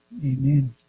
Amen